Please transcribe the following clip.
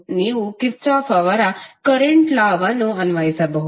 ನೀವು ಕಿರ್ಚಾಫ್ ಅವರ current law ವನ್ನು Kirchhoff's current lawಅನ್ವಯಿಸಬಹುದು